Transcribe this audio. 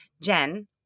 Jen